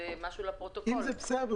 בוא תסביר למה.